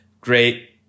Great